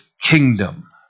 kingdom